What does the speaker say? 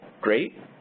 great